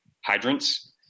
hydrants